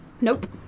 Nope